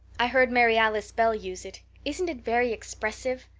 i heard mary alice bell use it. isn't it very expressive?